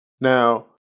now